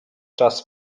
czas